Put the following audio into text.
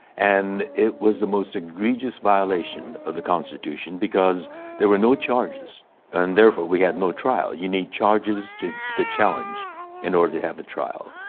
and it was the most egregious violation of the constitution because there were no charges and therefore we had no trial. you need charges to to challenge in order to have a trial.